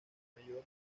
mayor